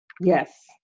Yes